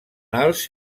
alts